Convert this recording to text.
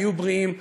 תהיו בריאים,